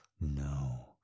No